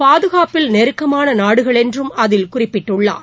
பாதுகாப்பில் நெருக்கமானநாடுகள் என்றுஅதில் குறிப்பிட்டுள்ளார்